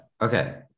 Okay